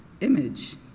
image